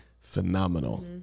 phenomenal